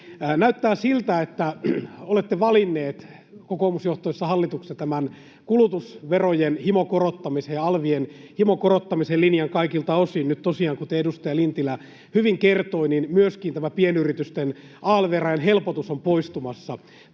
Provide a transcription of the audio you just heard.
Näyttää siltä, että olette valinneet kokoomusjohtoisessa hallituksessa tämän kulutusverojen himokorottamisen ja alvien himokorottamisen linjan kaikilta osin. Nyt tosiaan, kuten edustaja Lintilä hyvin kertoi, myöskin tämä pienyritysten alv-rajan helpotus on poistumassa.